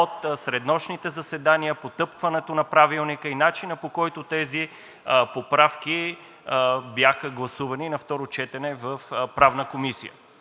от среднощните заседания, потъпкването на Правилника и начина, по който тези поправки бяха гласувани на второ четене в Правната комисия.